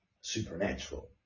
supernatural